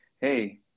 hey